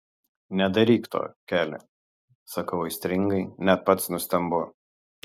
nedaryk to keli sakau aistringai net pats nustembu